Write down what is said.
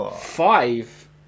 Five